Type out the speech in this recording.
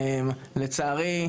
לצערי,